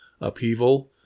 upheaval